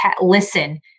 listen